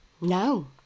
No